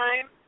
time